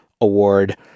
award